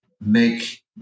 make